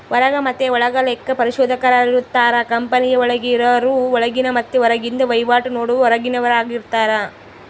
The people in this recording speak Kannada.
ಹೊರಗ ಮತೆ ಒಳಗ ಲೆಕ್ಕ ಪರಿಶೋಧಕರಿರುತ್ತಾರ, ಕಂಪನಿಯ ಒಳಗೆ ಇರರು ಒಳಗಿನ ಮತ್ತೆ ಹೊರಗಿಂದ ವಹಿವಾಟು ನೋಡರು ಹೊರಗಿನವರಾರ್ಗಿತಾರ